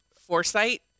foresight